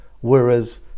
Whereas